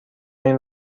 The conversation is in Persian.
این